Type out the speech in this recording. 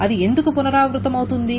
అది ఎందుకు పునరావృతమవుతుంది